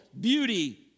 beauty